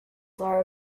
are